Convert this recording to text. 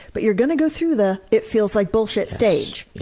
but you're going to go through the it feels like bullshit stage,